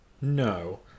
No